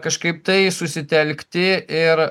kažkaip tai susitelkti ir